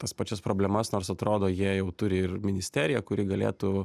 tas pačias problemas nors atrodo jie jau turi ir ministeriją kuri galėtų